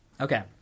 Okay